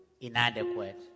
inadequate